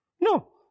No